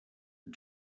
and